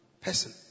person